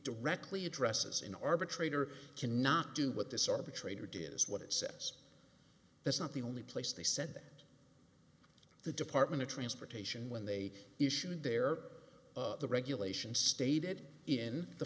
directly addresses in arbitrator cannot do what this arbitrator did is what it says that's not the only place they said that the department of transportation when they issued their the regulation stated in the